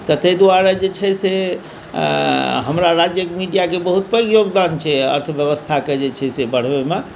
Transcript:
तऽ ताहि दुआरे जे छै से हमरा राज्यक मीडियाके बहुत पैघ योगदान छै अर्थव्यवस्थाकेँ जे छै से बढ़बैमे